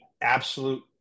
absolute